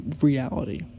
reality